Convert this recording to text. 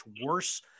worse